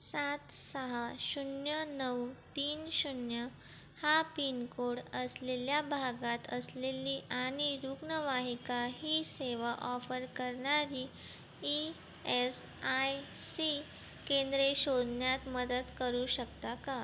सात सहा शून्य नऊ तीन शून्य हा पिनकोड असलेल्या भागात असलेली आणि रुग्णवाहिका ही सेवा ऑफर करणारी ई एस आय सी केंद्रे शोधण्यात मदत करू शकता का